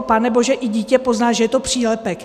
Panebože, i dítě pozná, že je to přílepek.